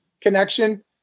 connection